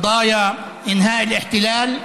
סוגיית התעסוקה,